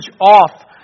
off